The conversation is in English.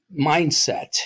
mindset